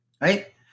Right